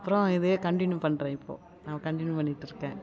அப்புறம் இதே கன்டினியூ பண்ணுறேன் இப்போது நான் கன்டினியூ பண்ணிட்டு இருக்கேன்